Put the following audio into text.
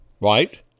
right